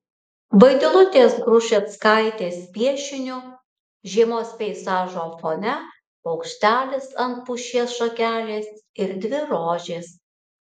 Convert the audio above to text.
vaidilutės grušeckaitės piešiniu žiemos peizažo fone paukštelis ant pušies šakelės ir dvi rožės